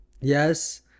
yes